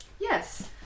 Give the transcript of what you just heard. Yes